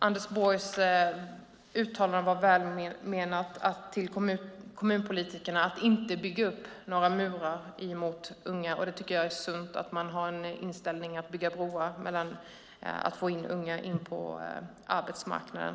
Anders Borgs uttalande till kommunpolitikerna var välment, att man inte ska bygga upp några murar för unga. Jag tycker att det är en sund inställning att man ska bygga broar för att få in unga på arbetsmarknaden.